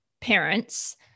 parents